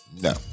No